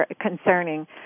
concerning